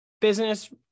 business